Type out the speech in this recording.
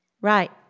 Right